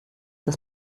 dass